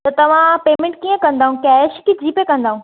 त तव्हां पेमेंट कीअं कंदव कैश की जी पे कंदा